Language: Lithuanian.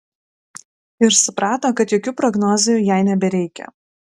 ir suprato kad jokių prognozių jai nebereikia